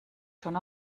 schon